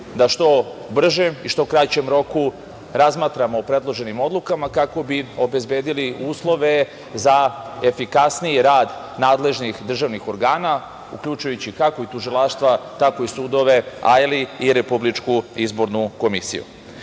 da što brže i u što kraćem roku razmatramo o predloženim odlukama kako bi obezbedili uslove za efikasniji rad nadležnih državnih organa, kako tužilaštva, tako i sudove, ali i RIK.Kada govorimo